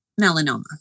melanoma